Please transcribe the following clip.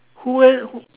who else who